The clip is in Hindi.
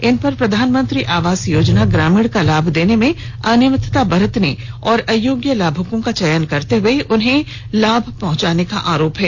इनपर प्रधानमंत्री आवास योजना ग्रामीण का लाभ देने में अनियमितता बरतने और अयोग्य लामुकों का चयन करते हुए उन्हें लाभ पहुंचाने के आरोप है